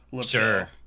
Sure